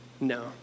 No